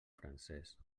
francesc